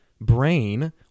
brain